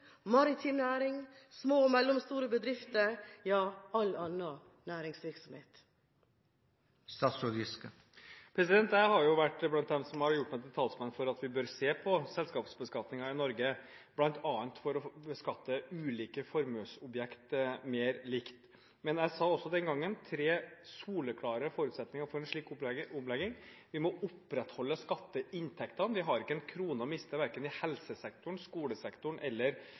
maritim næring, små og mellomstore bedrifter og all annen næringsvirksomhet? Jeg har vært blant dem som har gjort seg til talsmenn for at vi bør se på selskapsbeskatningen i Norge, bl.a. for å beskatte ulike formuesobjekter mer likt. Men jeg sa også den gangen at det er tre soleklare forutsetninger for en slik omlegging. Vi må opprettholde skatteinntektene. Vi har ikke en krone å miste verken i helsesektoren, i skolesektoren eller